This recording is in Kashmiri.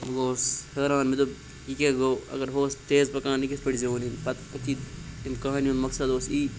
بہٕ گووُس حٲران مےٚ دوٚپ یہِ کیٛاہ گوٚو اَگر ہُہ اوس تیز پَکان یہِ کِتھ پٲٹھۍ زیوٗن أمۍ پَتہٕ أتی أمۍ کَہانی ہُنٛد مقصد اوس یی